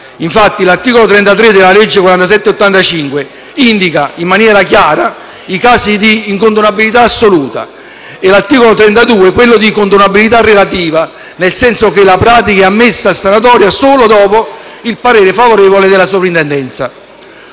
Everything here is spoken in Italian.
Infatti, l’articolo 33 della legge n. 47 del 1985 indica in maniera chiara i casi di incondonabilità assoluta e l’articolo 32 quello di condonabilità relativa, nel senso che la pratica è ammessa a sanatoria solo dopo il parere favorevole della soprintendenza.